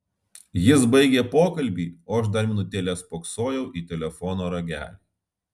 jis baigė pokalbį o aš dar minutėlę spoksojau į telefono ragelį